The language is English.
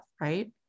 Right